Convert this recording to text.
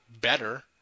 better